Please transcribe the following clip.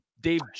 dave